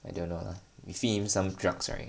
I don't know lah you feed him some drugs right